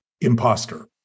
imposter